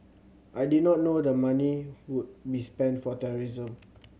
I did not know the money would be spent for terrorism